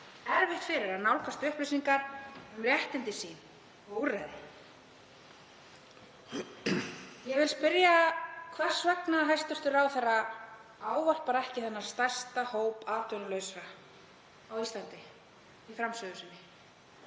erfitt fyrir að nálgast upplýsingar um réttindi sín og úrræði. Ég vil spyrja hvers vegna hæstv. ráðherra talaði ekki um þennan stærsta hóp atvinnulausra á Íslandi í framsögu sinni.